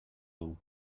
all